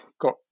got